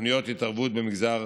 ותוכניות התערבות במגזר